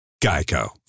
Geico